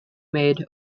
maid